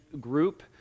group